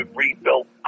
rebuilt